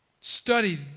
studied